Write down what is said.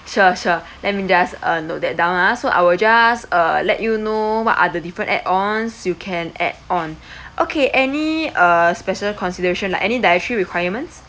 sure sure let me just uh note that down ah so I will just uh let you know what are the different add-ons you can add-on okay any uh special consideration like any dietary requirements